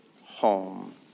home